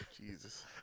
Jesus